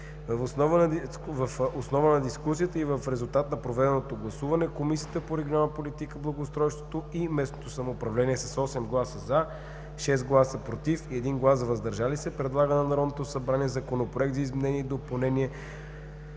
Въз основа на дискусията и в резултат на проведеното гласуване Комисията по регионална политика, благоустройство и местно самоуправление с 8 гласа – "за", 6 гласа – против" и 1 глас – "въздържал се", предлага на Народното събрание Законопроект за изменение и допълнение